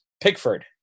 Pickford